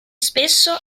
spesso